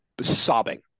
sobbing